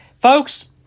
Folks